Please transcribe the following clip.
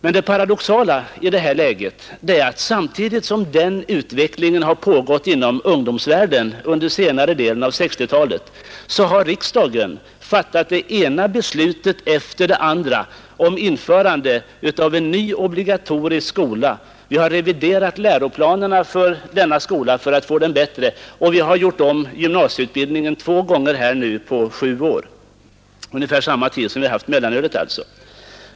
Men det paradoxala i det här läget är att samtidigt som den här utvecklingen har pågått inom ungdomsvärlden under senare delen av 1960-talet har riksdagen fattat det ena beslutet efter det andra om införande av en ny obligatorisk skola. Vi har reviderat läroplanerna för denna skola för att få den bättre och vi har gjort om gymnasieutbildningen två gånger på sju år — alltså ungefär samma tid som vi har haft mellanölet.